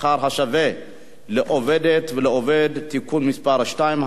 שכר שווה לעובדת ולעובד (תיקון מס' 2),